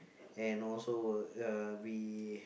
and also uh we